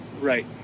Right